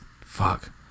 fuck